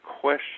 question